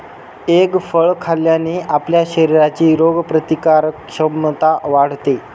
egg फळ खाल्ल्याने आपल्या शरीराची रोगप्रतिकारक क्षमता वाढते